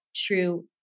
True